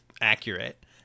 accurate